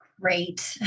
Great